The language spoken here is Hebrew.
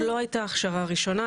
עוד לא הייתה הכשרה ראשונה.